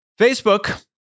Facebook